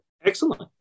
excellent